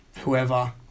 whoever